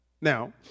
Now